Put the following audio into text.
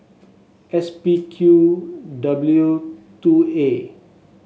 S P Q W two A